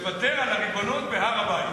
לוותר על הריבונות על הר-הבית.